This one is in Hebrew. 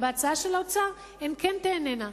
כי בהצעה של האוצר הן כן תיהנינה.